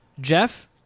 Jeff